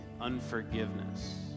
unforgiveness